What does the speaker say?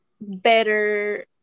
better